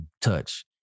touch